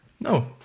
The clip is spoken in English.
no